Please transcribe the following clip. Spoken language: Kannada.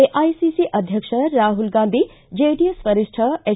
ಎಐಸಿಸಿ ಅಧ್ಯಕ್ಷ ರಾಹುಲ್ ಗಾಂಧಿ ಜೆಡಿಎಸ್ ವರಿಷ್ಠ ಎಚ್